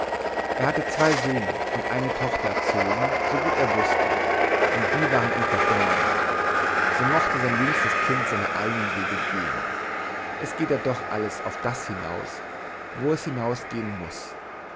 er hatte zwei söhne und eine tochter erzogen so gut wie er wußte und die waren ihm verdorben so mochte sein jüngstes kind seine eigenen wege gehen es geht ja doch alles auf das hinaus wo es hinausgehen muß